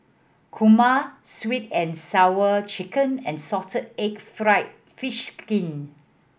kurma Sweet And Sour Chicken and salted egg fried fish skin